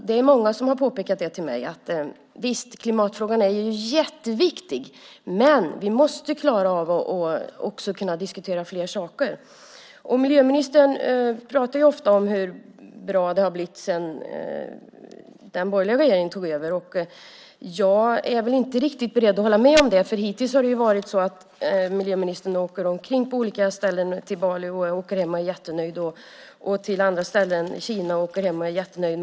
Det är många som har påpekat det för mig; att klimatfrågan visst är jätteviktig, men vi måste också klara av att diskutera fler saker. Miljöministern pratar ju ofta om hur bra det har blivit sedan den borgerliga regeringen tog över. Jag är väl inte riktigt beredd att hålla med om det. Hittills har det ju varit så att miljöministern åker runt till olika ställen, Bali, Kina och andra ställen, och åker hem och är jättenöjd.